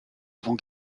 avant